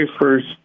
first